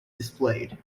displayed